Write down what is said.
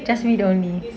just read only